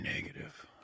negative